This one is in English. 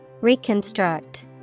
Reconstruct